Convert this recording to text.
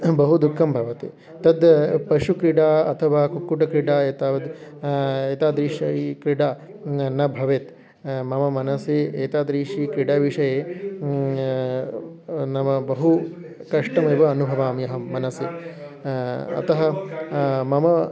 बहु दुःखं भवति तद् पशुक्रीडा अथवा कुक्कुटक्रीडा एतावद् एतादृशी क्रीडा न भवेत् मम मनसि एतादृशी क्रीडाविषये नाम बहु कष्टमेव अनुभवामि अहं मनसि अतः मम